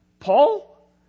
Paul